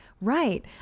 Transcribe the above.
right